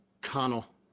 Connell